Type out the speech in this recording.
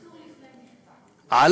עצור לפני משפט, ככה קוראים לזה.